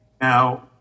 Now